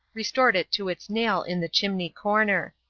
restored it to its nail in the chimney-corner.